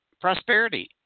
prosperity